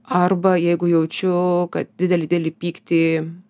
arba jeigu jaučiu kad didelį didelį pyktį